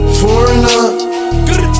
foreigner